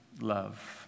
love